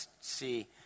see